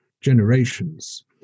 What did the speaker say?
generations